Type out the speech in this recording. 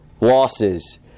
losses